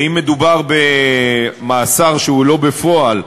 ואם מדובר במאסר שהוא לא בפועל,